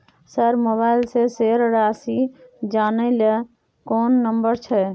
Sir mobile से शेस राशि जानय ल कोन नंबर छै?